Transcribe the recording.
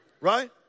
right